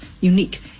unique